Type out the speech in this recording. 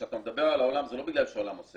כשאתה מדבר על העולם זה לא בגלל שהעולם עושה,